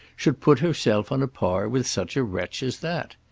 should put herself on a par with such a wretch as that.